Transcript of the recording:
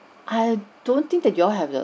I don't think that you all have the